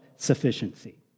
sufficiency